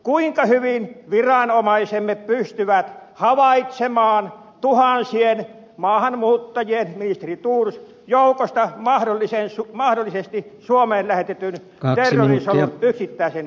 kuinka hyvin viranomaisemme pystyvät havaitsemaan tuhansien maahanmuuttajien ministeri thors joukosta mahdollisesti suomeen lähetetyn terrorisolun yksittäisen jäsenen